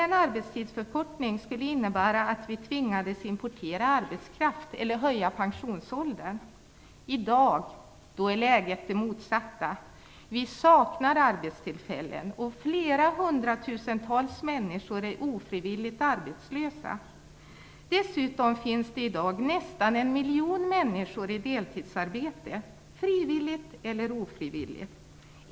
En arbetstidsförkortning skulle innebära att vi tvingades importera arbetskraft eller höja pensionsåldern. I dag är läget det motsatta. Vi saknar arbetstillfällen, och flera hundratusentals människor är ofrivilligt arbetslösa. Dessutom finns i dag nästan en miljon människor frivilligt eller ofrivilligt i deltidsarbete.